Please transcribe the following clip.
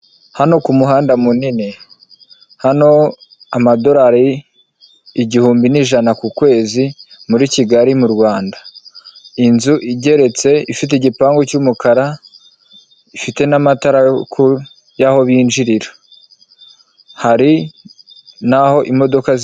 Hano ku muhanda munini hano amadolari igihumbi nijana ku kwezi muri Kigali mu Rwanda, inzu igeretse ifite igipangu cy'umukara ifite n'amatara y'aho binjirira hari n'aho imodoka zi...